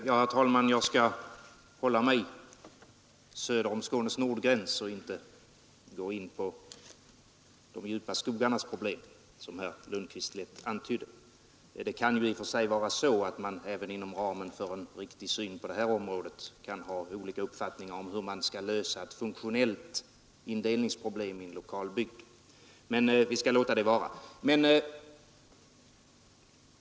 Herr talman! Jag skall hålla mig söder om Skånes nordgräns och inte gå in på de djupa skogarnas problem, som statsrådet Lundkvist lätt antydde. Man kan i och för sig även inom ramen för en riktig syn på det här området ha olika uppfattningar om hur man skall lösa ett funktionellt indelningsproblem i en lokal bygd, men vi skall låta den frågan vara.